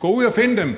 Gå ud, og find dem!